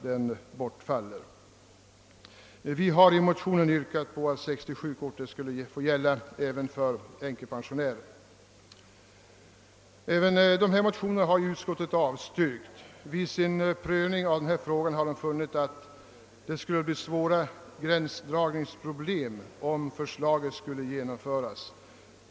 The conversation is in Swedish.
Vi yrkar i motionen att 67-kort skall gälla även för änkepensionärer. Även dessa motioner har utskottet avstyrkt. Vid sin prövning av denna fråga har utskottet funnit att det skulle bli svåra gränsdragningsproblem om förslaget genomfördes.